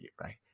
right